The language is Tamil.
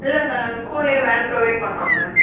இல்லைங்க நாங்கள் ஸ்கூல்லே வேன் ப்ரொவைட் பண்ணுறோங்க